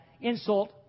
insult